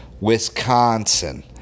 Wisconsin